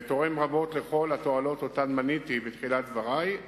ותורם רבות לכל התועלות שמניתי בתחילת דברי.